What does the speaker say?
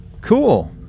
cool